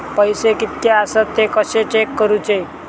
पैसे कीतके आसत ते कशे चेक करूचे?